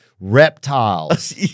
reptiles